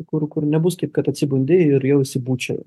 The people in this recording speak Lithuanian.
kur kur nebus taip kad atsibundi ir jausi būčia